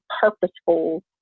purposeful